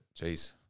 jeez